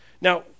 Now